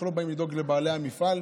אנחנו לא באים לדאוג לבעלי המפעל,